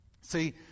See